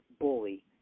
bully